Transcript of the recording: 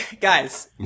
guys